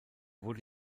wurde